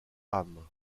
âmes